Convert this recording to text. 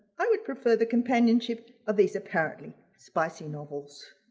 i would prefer the companionship of these apparently spicy novels.